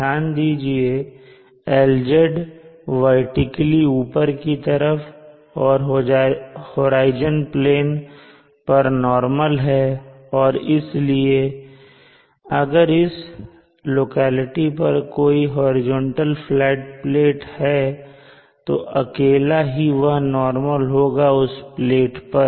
ध्यान दीजिए की LZ वर्टिकली ऊपर की तरफ और होराइजन प्लेन पर नॉर्मल है और इसलिए अगर इस लोकेलिटी पर कोई हॉरिजॉन्टल फ्लैट प्लेट है तो अकेला ही वह नॉर्मल होगा उस प्लेट पर